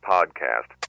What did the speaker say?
Podcast